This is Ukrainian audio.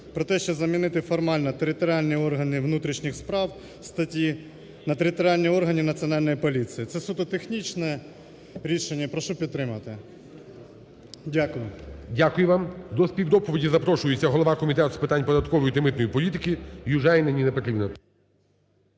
про те, щоб замінити формально територіальні органи внутрішніх справ статті на територіальні органи Національної поліції. Це суто технічне рішення. Прошу підтримати. Дякую. ГОЛОВУЮЧИЙ. Дякую вам. До співдоповіді запрошується голова Комітету з питань податкової та митної політики Южаніна Ніна Петрівна.